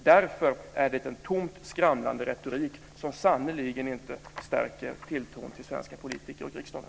Därför är det en tomt skramlande retorik som sannerligen inte stärker tilltron till svenska politiker och riksdagen.